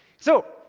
so,